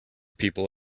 people